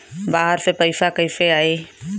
बाहर से पैसा कैसे आई?